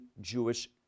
Jewish